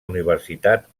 universitat